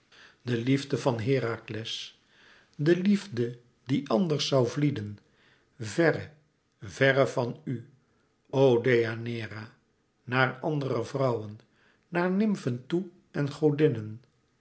de liefde van herakles de liefde die anders zoû vlieden verre verre van u o deianeira naar andere vrouwen naar nymfen toe en godinnen